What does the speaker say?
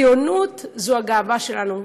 ציונות זו הגאווה שלנו,